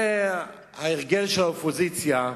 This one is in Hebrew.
זה ההרגל של האופוזיציה,